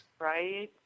Right